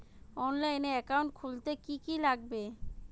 অনলাইনে একাউন্ট খুলতে কি কি লাগবে?